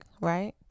right